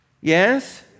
Yes